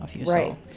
Right